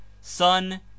Son